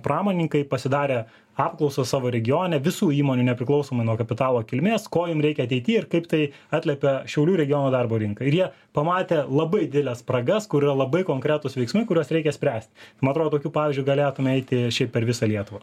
pramonininkai pasidarę apklausas savo regione visų įmonių nepriklausomai nuo kapitalo kilmės ko jum reikia ateity ir kaip tai atliepia šiaulių regiono darbo rinką ir jie pamatė labai dideles spragas kur yra labai konkretūs veiksmai kuriuos reikia spręst man atrodo tokiu pavyzdžiu galėtume eiti šiaip per visą lietuvą